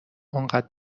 آنقدر